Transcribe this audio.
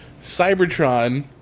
Cybertron